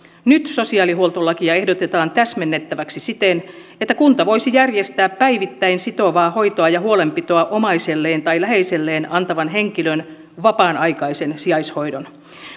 nyt sosiaalihuoltolakia ehdotetaan täsmennettäväksi siten että kunta voisi järjestää päivittäin sitovaa hoitoa ja huolenpitoa omaiselleen tai läheiselleen antavan henkilön vapaan aikaisen sijaishoidon